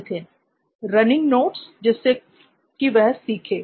नित्थिन running notes जिससे कि वह सीखें